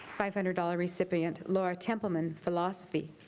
five hundred dollars recipient laura templeman philosophy